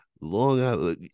long